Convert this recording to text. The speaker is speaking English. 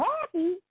Happy